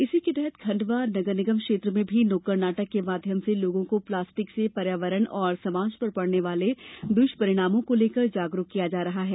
इसी के तहत खंडवा नगर निगम क्षेत्र में भी नुक्कड नाटक के माध्यम से लोगों को प्लास्टिक से पर्यावरण और समाज पर पड़ने वाले दुष्परिणामों को लेकर जागरूक किया जा रहा है